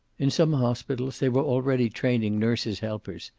in some hospitals they were already training nurses helpers,